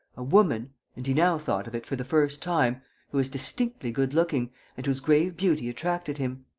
a woman and he now thought of it for the first time who was distinctly good-looking and whose grave beauty attracted him.